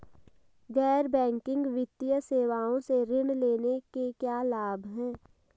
गैर बैंकिंग वित्तीय सेवाओं से ऋण लेने के क्या लाभ हैं?